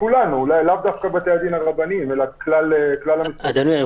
זה לאו דווקא בתי-הדין הרבניים אלא כלל המשרדים.